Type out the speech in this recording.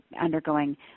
undergoing